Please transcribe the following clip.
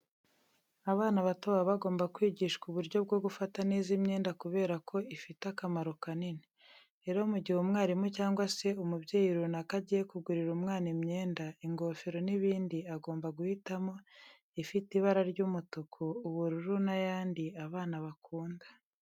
Abana bato baba bagomba kwigishwa uburyo bwo gufata neza imyenda kubera ko ifite akamaro kanini. Rero mu gihe umwarimu cyangwa se umubyeyi runaka agiye kugurira umwana imyenda, ingofero n'ibindi agomba guhitamo ifite ibara ry'umutuku, ubururu n'ayandi abana bakunda.